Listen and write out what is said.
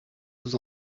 vous